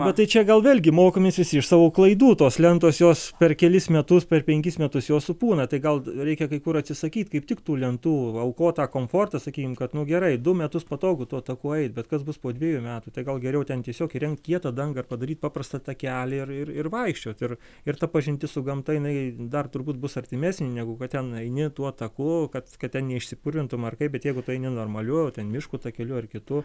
bet tai čia gal vėlgi mokomės visi iš savo klaidų tos lentos jos per kelis metus per penkis metus jos supūna tai gal reikia kai kur atsisakyt kaip tik tų lentų aukot tą komfortą sakykim kad nu gerai du metus patogu tuo taku eit bet kas bus po dvejų metų tai gal geriau ten tiesiog įrengt kietą dangą padaryt paprastą takelį ir ir ir vaikščiot ir ir ta pažintis su gamta jinai dar turbūt bus artimesnė negu kad ten eini tuo taku kad kad ten neišsipurvintum ar kaip bet jeigu tu eini normaliu ten miško takeliu ar kitu